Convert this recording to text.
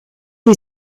die